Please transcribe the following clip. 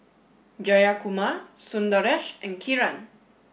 Jayakumar Sundaresh and Kiran